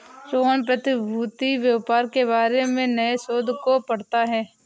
रोहन प्रतिभूति व्यापार के बारे में नए शोध को पढ़ता है